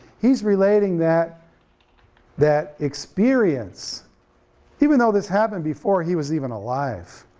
he's relating that that experience even though this happened before he was even alive,